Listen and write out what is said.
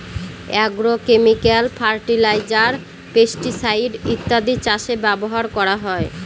agrochemical fertiliser, pesticide ইত্যাদি চাষে ব্যবহার করা হয়